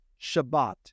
Shabbat